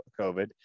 COVID